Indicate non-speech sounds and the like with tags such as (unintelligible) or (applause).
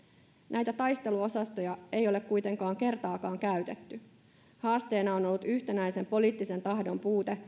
näitä taisteluosastoja ei ole kuitenkaan kertaakaan käytetty haasteena on ollut yhtenäisen poliittisen tahdon puute (unintelligible)